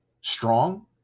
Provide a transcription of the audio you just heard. Strong